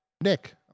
Nick